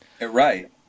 Right